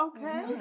Okay